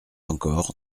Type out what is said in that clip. encore